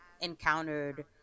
encountered